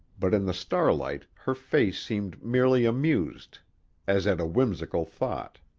but in the starlight her face seemed merely amused as at a whimsical thought.